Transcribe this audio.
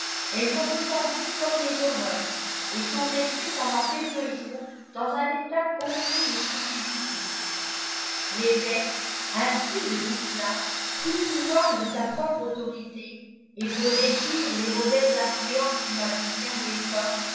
elles ont ressenti comme des horreurs et sont restées pendant quelques jours dam un étot complet de stupidité l'évéque instruit de tout cela crut pouvoir de sa propre autorité et pour détruire les mauvaises influences du magicien défuni